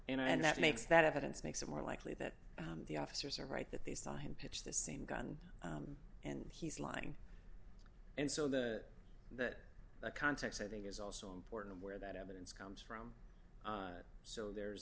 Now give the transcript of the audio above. and that makes that evidence makes it more likely that the officers are right that they saw him pitch the same gun and he's lying and so that that that context i think is also important where that evidence comes from so there's